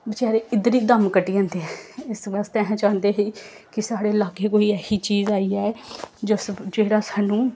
बचैरे इद्धर गै दम कड्डी जंदे इस्स बास्तै अस चांह्दे हे कि साढ़े लाग्गै कोई ऐसी चीज आई जाए जिस जेह्ड़े साह्नू